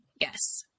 yes